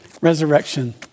Resurrection